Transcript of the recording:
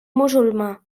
musulmà